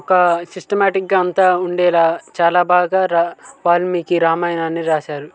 ఒక సిస్టమాటిక్గా అంతా ఉండేలా చాలా బాగా రా వాల్మీకి రామాయణాన్ని రాశారు